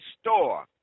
store